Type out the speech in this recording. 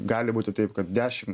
gali būti taip kad dešim